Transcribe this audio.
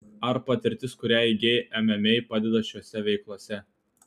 ar patirtis kurią įgijai mma padeda šiose veiklose